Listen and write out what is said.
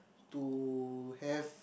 to have